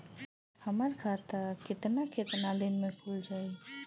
हमर खाता कितना केतना दिन में खुल जाई?